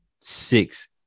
six